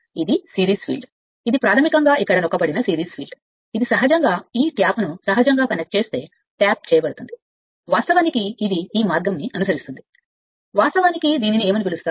ఇది series field ఇది ప్రాథమికంగా ఇక్కడ నొక్కబడిన సిరీస్ ఫీల్డ్ ఇది సహజంగా ఈ ట్యాప్ను సహజంగా కనెక్ట్ చేస్తే ట్యాప్ చేయబడుతుంది వాస్తవానికి ఇది మార్గం అని పిలుస్తారు ఇది అనుసరిస్తుంది వాస్తవానికి దీనిని ఏమని పిలుస్తారు